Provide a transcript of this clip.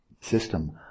system